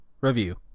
review